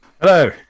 Hello